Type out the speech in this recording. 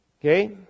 Okay